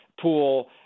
pool